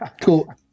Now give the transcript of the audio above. cool